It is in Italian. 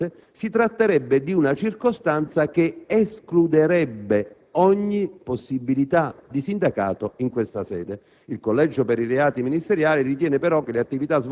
ove tale afferenza sussistesse, si tratterebbe di una «circostanza che escluderebbe ogni possibilità di sindacato in questa sede».